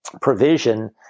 provision